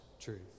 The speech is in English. truth